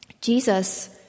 Jesus